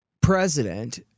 president